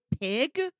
pig